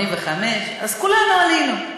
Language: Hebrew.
1985. 1985. אז כולנו עלינו.